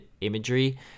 imagery